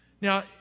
Now